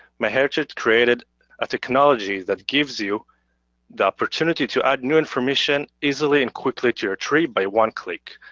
myheritage created a technology that gives you the opportunity to add new information easily and quickly to your tree by one click.